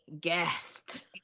guest